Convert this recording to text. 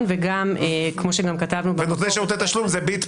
ונותני שירותי תשלום זה ביט,